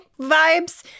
vibes